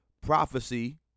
Prophecy